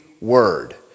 word